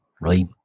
right